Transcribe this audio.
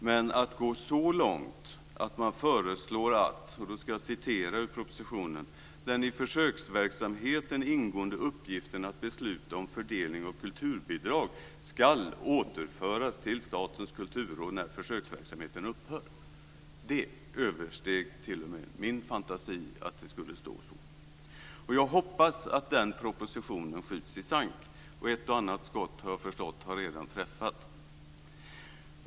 Men man går så långt att man föreslår att - och jag ska återge vad som står i propositionen - den i försöksverksamheten ingående uppgiften att besluta om fördelning av kulturbidrag ska återföras till Statens kulturråd när försöksverksamheten upphör. Det översteg t.o.m. min fantasi att det skulle stå så. Jag hoppas att den propositionen skjuts i sank. Ett och annat skott, har jag förstått, har redan träffat.